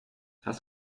hast